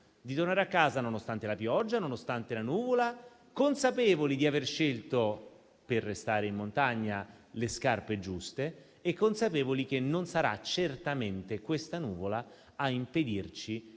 di tornare a casa nonostante la pioggia, nonostante la nuvola, consapevoli di aver scelto - per restare in montagna - le scarpe giuste e consapevoli che non sarà certamente questa nuvola a impedirci di elaborare